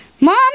Mom